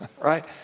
right